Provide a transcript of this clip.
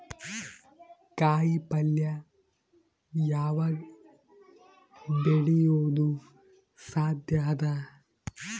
ಕಾಯಿಪಲ್ಯ ಯಾವಗ್ ಬೆಳಿಯೋದು ಸಾಧ್ಯ ಅದ?